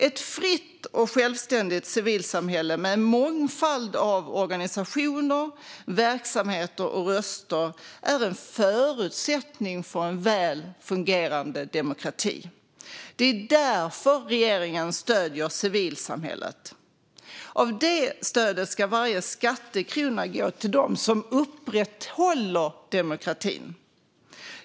Ett fritt och självständigt civilsamhälle med en mångfald av organisationer, verksamheter och röster är en förutsättning för en väl fungerande demokrati. Det är därför regeringen stöder civilsamhället. Av det stödet ska varje skattekrona gå till dem som upprätthåller demokratin.